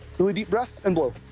really deep breath, and blow.